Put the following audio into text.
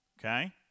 okay